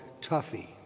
Tuffy